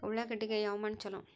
ಉಳ್ಳಾಗಡ್ಡಿಗೆ ಯಾವ ಮಣ್ಣು ಛಲೋ?